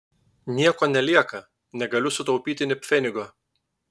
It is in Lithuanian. nieko nelieka negaliu sutaupyti nė pfenigo